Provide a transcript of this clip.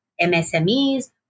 msme's